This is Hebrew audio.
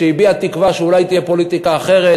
שהביע תקווה שאולי תהיה פוליטיקה אחרת,